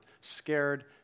scared